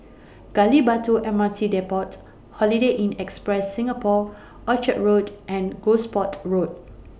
Gali Batu M R T Depot Holiday Inn Express Singapore Orchard Road and Gosport Road